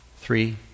Three